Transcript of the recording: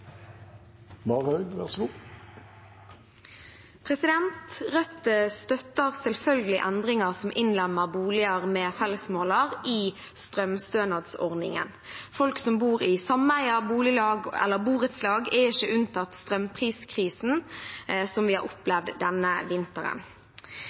Rødt støtter selvfølgelig endringen som innlemmer boliger med fellesmåler i strømstønadsordningen. Folk som bor i sameier, boliglag eller borettslag, er ikke unntatt strømpriskrisen vi har opplevd denne vinteren. Vi vet at mange som bor i mindre boenheter, ofte har